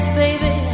baby